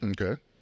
Okay